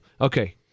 okay